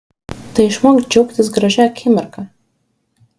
tai išmok džiaugtis gražia akimirka